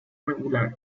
regular